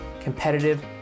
competitive